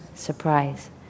surprise